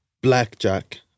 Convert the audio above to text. Blackjack